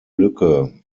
lücke